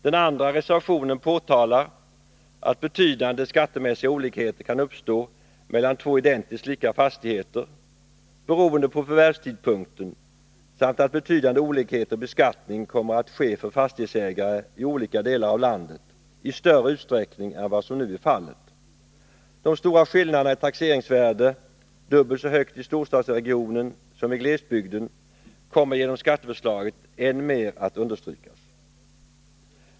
Den andra reservationen påtalar att betydande skattemässiga olikheter kan uppstå mellan två identiskt lika fastigheter, beroende på förvärvstidpunkten, samt att betydande olikheter i beskattning kommer att inträffa för fastighetsägare i olika delar av landet, i större utsträckning än vad som nu är fallet. De stora skillnaderna i taxeringsvärde — dubbelt så högt i storstadsregionen som i glesbygden — kommer genom skatteförslaget än mer att understrykas.